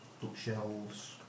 bookshelves